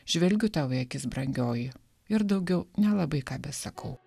žvelgiu tau į akis brangioji ir daugiau nelabai ką besakau